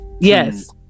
Yes